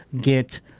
get